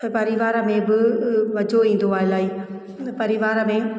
ऐं परिवार में ॿ मज़ो ईंदो आहे इलाही परिवार में